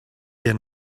you